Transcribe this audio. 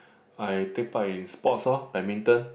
I take part in sports orh badminton